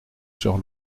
sur